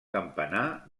campanar